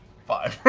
five.